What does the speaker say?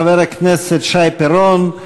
חבר הכנסת שי פירון,